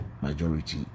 Majority